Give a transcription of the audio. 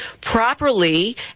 properly